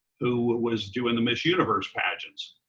who was doing the miss universe pageants.